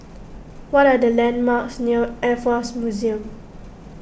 what are the landmarks near Air force Museum